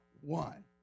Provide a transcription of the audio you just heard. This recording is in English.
one